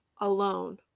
alone